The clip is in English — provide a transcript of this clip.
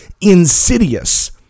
insidious